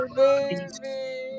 baby